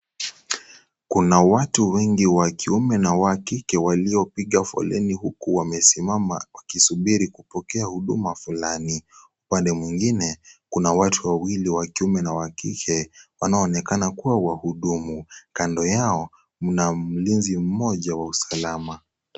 Kuna watu wengi wa kiume na wa kike waliopiga foleni huku, wamesimama wakisubiri kupokea huduma fulani. Upande mwingine, kuna watu wawili wa kiume na wa kike wanaoonekana kuwa wahudumu. Kando yao, mna mlinzi mmoja wa usalama.